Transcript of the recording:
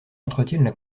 entretiennent